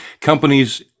companies